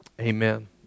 amen